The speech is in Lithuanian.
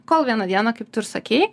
kol vieną dieną kaip tu ir sakei